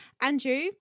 Andrew